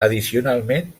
addicionalment